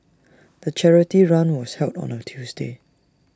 the charity run was held on A Tuesday